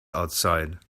outside